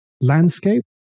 landscape